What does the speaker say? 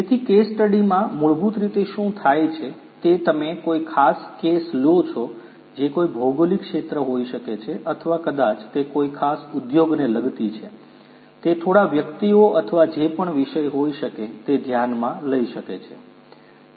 તેથી કેસ સ્ટડીમાં મૂળભૂત રીતે શું થાય છે તે તમે કોઈ ખાસ કેસ લો છો જે કોઈ ભૌગોલિક ક્ષેત્ર હોઈ શકે છે અથવા કદાચ તે કોઈ ખાસ ઉદ્યોગને લગતી છે તે થોડા વ્યક્તિઓ અથવા જે પણ વિષય હોઈ શકે તે ધ્યાનમાં લઈ શકે છે